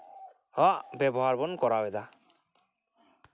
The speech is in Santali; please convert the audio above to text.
ᱦᱸᱟᱜ ᱵᱮᱵᱚᱦᱟᱨ ᱵᱚᱱ ᱠᱚᱨᱟᱣᱫᱟ